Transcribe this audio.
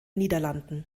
niederlanden